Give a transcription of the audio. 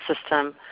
system